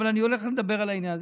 אבל אני הולך לדבר על העניין הזה.